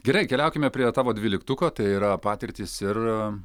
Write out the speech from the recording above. gerai keliaukime prie tavo dvyliktuko tai yra patirtis ir